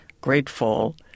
grateful